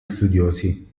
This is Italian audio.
studiosi